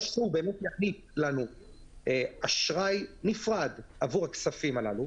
או לתת לנו אשראי נפרד עבור הכספים האלה,